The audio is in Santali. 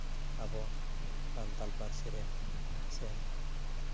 ᱟᱵᱚ ᱥᱟᱱᱛᱟᱲ ᱯᱟᱹᱨᱥᱤ ᱨᱮᱱ ᱥᱮ